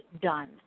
done